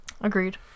Agreed